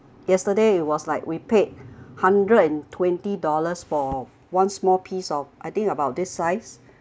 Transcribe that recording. yesterday was like we paid hundred and twenty dollars for one small piece of I think about this size